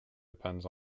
depends